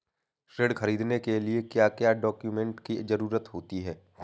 ऋण ख़रीदने के लिए क्या क्या डॉक्यूमेंट की ज़रुरत होती है?